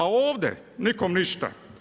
A ovdje nikom ništa.